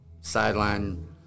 sideline